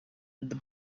the